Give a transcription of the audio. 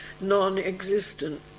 non-existent